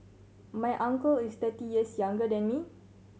my uncle is thirty years younger than me